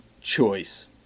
choice